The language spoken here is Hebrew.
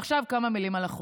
ועכשיו כמה מילים על החוק.